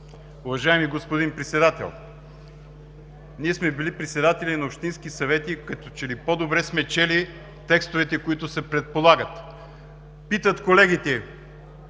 Уважаеми господин Председател, ние сме били председатели на общински съвети и като че ли по-добре сме чели текстовете, които се предлагат. Питат колегите